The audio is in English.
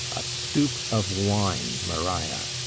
a stoup of wine, maria!